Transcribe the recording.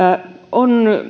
on